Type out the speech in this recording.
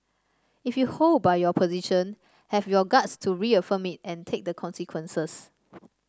if you hold by your position have your guts to reaffirm it and take the consequences